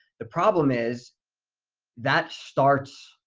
the problem is that starts